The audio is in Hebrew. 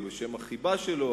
או בשם החיבה שלו,